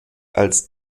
als